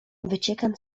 wyciekam